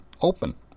Open